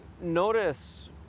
notice